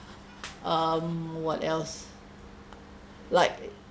um what else like